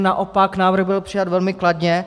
Naopak, návrh byl přijat velmi kladně.